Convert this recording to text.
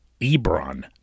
Ebron